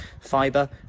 fiber